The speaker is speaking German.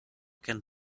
kennt